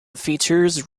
features